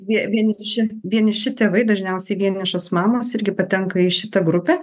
vieniši vieniši tėvai dažniausiai vienišos mamos irgi patenka į šitą grupę